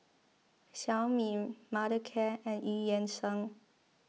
Xiaomi Mothercare and Eu Yan Sang